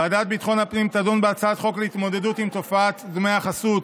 ועדת ביטחון הפנים תדון בהצעת חוק להתמודדות עם תופעת דמי החסות